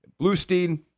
Bluestein